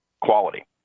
quality